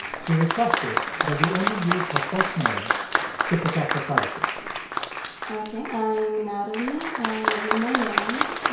she requested that we only use her first name to protect her privacy ok. i'm natalie. i live in miami.